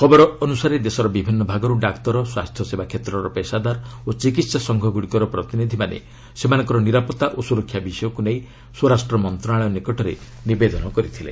ଖବର ଅନୁସାରେ ଦେଶର ବିଭିନ୍ନ ଭାଗରୁ ଡାକ୍ତର ସ୍ୱାସ୍ଥ୍ୟସେବା କ୍ଷେତ୍ରର ପେଶାଦାର ଓ ଚିକିହା ସଂଘ ଗୁଡ଼ିକର ପ୍ରତିନିଧିମାନେ ସେମାନଙ୍କର ନିରାପତ୍ତା ଓ ସୁରକ୍ଷା ବିଷୟକୁ ନେଇ ସ୍ୱରାଷ୍ଟ୍ର ମନ୍ତ୍ରଣାଳୟ ନିକଟରେ ନିବେଦନ କରିଥିଲେ